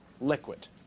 liquid